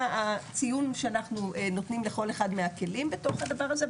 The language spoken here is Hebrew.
הציון שאנחנו נותנים לכל אחד מהכלים בתוך הדבר הזה,